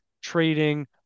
trading